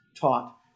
taught